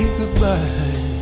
goodbye